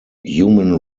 human